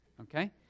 Okay